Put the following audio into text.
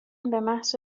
بمحض